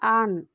on